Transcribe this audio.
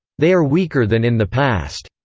they are weaker than in the past.